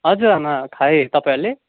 हजुर आमा खाएँ तपाईँहरूले